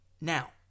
Now